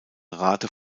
rate